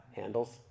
handles